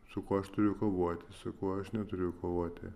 su kuo aš turiu kovoti su kuo aš neturiu kovoti